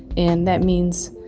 and that means,